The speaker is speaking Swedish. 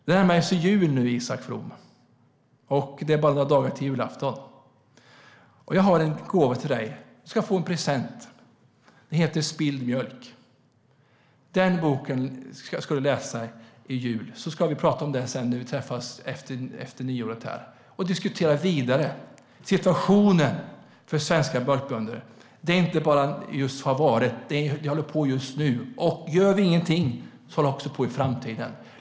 Det närmar sig jul, Isak From. Det är bara några dagar till julafton. Du ska få en present av mig, en bok med titeln Spilld mjölk . Den ska du läsa i jul och så kan vi, när vi träffas efter nyår, fortsätta att diskutera situationen för svenska mjölkbönder. Det gäller inte bara det som varit, utan också det som sker just nu. Gör vi ingenting fortsätter det.